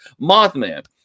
Mothman